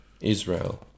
Israel